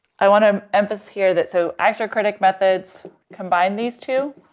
i want to emphasize here that so, actor-critic methods combine these two,